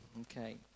Okay